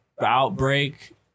outbreak